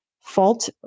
fault